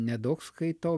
nedaug skaitau